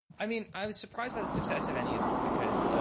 i mean i was surprised by the success of any of them because